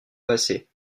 bassée